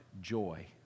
joy